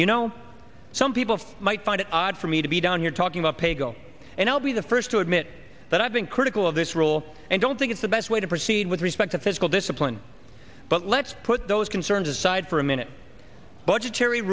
you know some people might find it odd for me to be down here talking about paygo and i'll be the first to admit that i've been critical of this rule and don't think it's the best way to proceed with respect to fiscal discipline but let's put those concerns aside for a minute budgetary